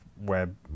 web